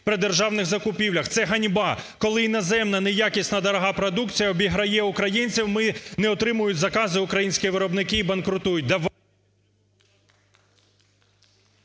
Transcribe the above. при державних закупівлях. Це ганьба, коли іноземна неякісна, дорога продукція обіграє українців, ми… не отримують закази українські виробники і банкрутують.